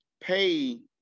pay